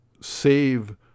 save